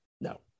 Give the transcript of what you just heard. No